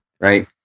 right